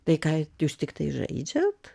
tai ką jūs tiktai žaidžiat